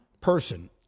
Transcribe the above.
person